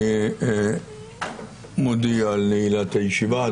אני מודיע על נעילת הישיבה.